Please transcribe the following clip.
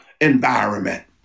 environment